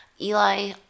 Eli